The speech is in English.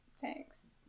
thanks